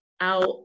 out